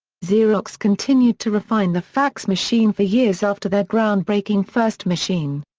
xerox continued to refine the fax machine for years after their ground-breaking first machine.